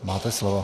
Máte slovo.